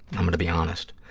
i'm going to be honest.